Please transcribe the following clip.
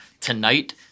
tonight